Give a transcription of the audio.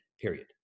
period